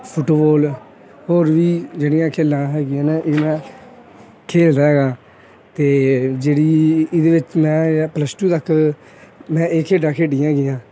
football ਹੋਰ ਵੀ ਜਿਹੜੀਆਂ ਖੇਡਾਂ ਹੈਗੀਆਂ ਨੇ ਇਹ ਮੈਂ ਖੇਡਦਾ ਹੈਗਾਂ ਅਤੇ ਜਿਹੜੀ ਇਹਦੇ ਵਿੱਚ ਮੈਂ ਪਲੱਸ ਟੂ ਤੱਕ ਮੈਂ ਇਹ ਖੇਡਾਂ ਖੇਡੀਆਂ ਹੈਗੀਆਂ